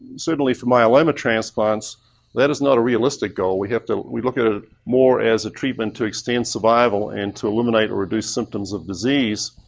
certainly for myeloma transplants that is not a realistic goal. we have to, we look at it ah more as a treatment to extend survival and to eliminate or reduce symptoms of disease.